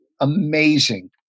amazing